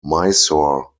mysore